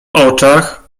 oczach